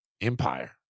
Empire